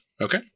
Okay